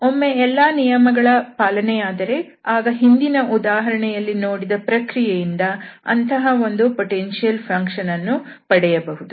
ಒಮ್ಮೆ ಎಲ್ಲಾ ನಿಯಮಗಳ ಪಾಲನೆಯಾದರೆ ಆಗ ಹಿಂದಿನ ಉದಾಹರಣೆಯಲ್ಲಿ ನೋಡಿದ ಪ್ರಕ್ರಿಯೆಯಿಂದ ಅಂತಹ ಒಂದು ಪೊಟೆನ್ಶಿಯಲ್ ಫಂಕ್ಷನ್ ಅನ್ನು ಪಡೆಯಬಹುದು